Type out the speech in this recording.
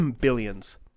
Billions